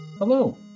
Hello